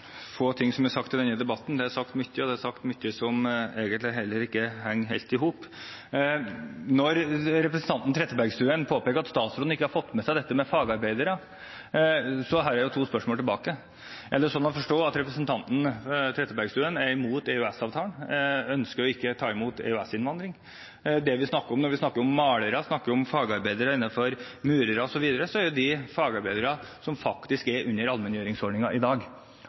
sagt i denne debatten. Det er sagt mye, og det er sagt mye som egentlig ikke henger helt i hop. Når representanten Trettebergstuen påpeker at statsråden ikke har fått med seg dette med fagarbeidere, har jeg to spørsmål tilbake: Er det slik å forstå at representanten Trettebergstuen er imot EØS-avtalen, og ønsker hun ikke å ta imot EØS-innvandrere? Når vi snakker om malere og fagarbeidere som f.eks. murere, er jo det fagarbeidere som er under allmenngjøringsordningen i dag,